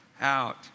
out